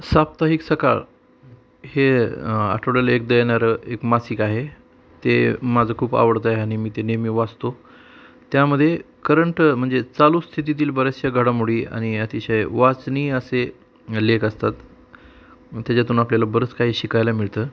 साप्ताहिक सकाळ हे आठवड्याला एकदा येणार एक मासिक आहे ते माझं खूप आवडतं आहे आणि मी ते नेहमी वाचतो त्यामध्ये करंट म्हणजे चालू स्थितीतील बऱ्याचशा घडामोडी आणि अतिशय वाचनीय असे लेख असतात त्याच्यातून आपल्याला बरंच काही शिकायला मिळतं